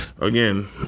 again